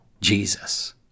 Jesus